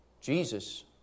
Jesus